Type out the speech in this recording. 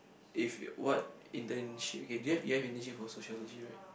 if what internship okay do you do you have internship for sociology right